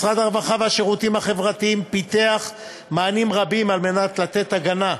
משרד הרווחה והשירותים החברתיים פיתח מענים רבים על מנת לתת הגנה,